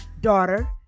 daughter